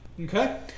Okay